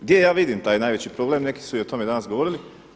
Gdje ja vidim taj najveći problem, neki su o tome danas govorili?